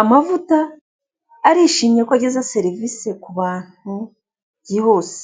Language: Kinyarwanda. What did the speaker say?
amavuta arishimye ko ageza serivse ku bantu bose.